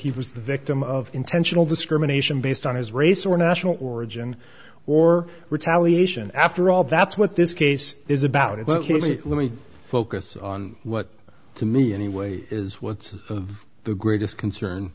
he was the victim of intentional discrimination based on his race or national origin or retaliation after all that's what this case is about it well let me focus on what to me anyway is what's the greatest concern